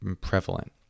prevalent